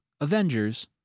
Avengers